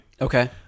Okay